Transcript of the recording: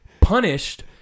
punished